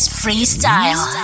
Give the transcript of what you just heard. freestyle